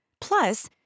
Plus